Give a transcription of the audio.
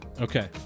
Okay